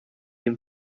him